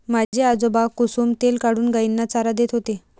माझे आजोबा कुसुम तेल काढून गायींना चारा देत होते